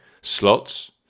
slots